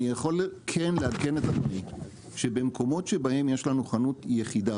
אני יכול כן לעדכן את הוועדה שבמקומות שבהם יש לנו חנות יחידה,